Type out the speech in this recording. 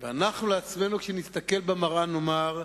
ואנחנו לעצמנו, כשנסתכל במראה, נאמר: